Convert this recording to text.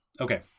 Okay